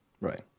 right